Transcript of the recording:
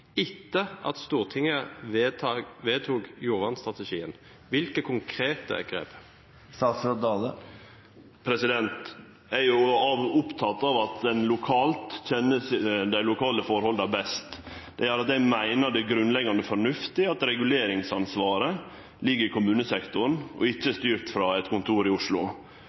etter at Stortinget vedtok jordvernstrategien? Hvilke konkrete grep? Eg er oppteken av at ein lokalt kjenner dei lokale forholda best. Det gjer at eg meiner det er grunnleggjande fornuftig at reguleringsansvaret ligg i kommunesektoren og ikkje er styrt frå eit kontor i Oslo.